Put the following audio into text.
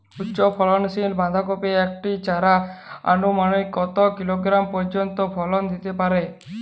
উচ্চ ফলনশীল বাঁধাকপির একটি চারা আনুমানিক কত কিলোগ্রাম পর্যন্ত ফলন দিতে পারে?